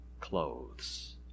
clothes